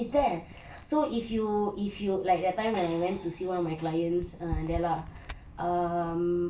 it's there so if you if you like that time when I went to see one of my clients there lah err